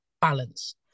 balance